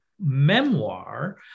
memoir